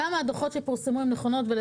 כמה הדוחות שפורסמו נכונים?